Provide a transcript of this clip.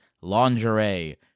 lingerie